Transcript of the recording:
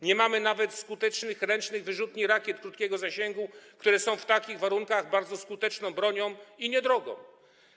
Nie mamy nawet skutecznych ręcznych wyrzutni rakiet krótkiego zasięgu, które są w takich warunkach bardzo skuteczną i niedrogą bronią.